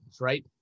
right